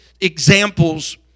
examples